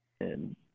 And-